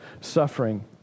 suffering